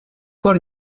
пор